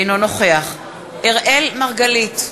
אינו נוכח אראל מרגלית,